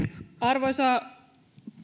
arvoisa